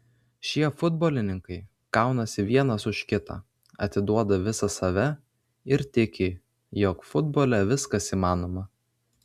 šie futbolininkai kaunasi vienas už kitą atiduoda visą save ir tiki jog futbole viskas įmanoma